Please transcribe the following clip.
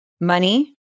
money